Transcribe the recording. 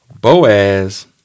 Boaz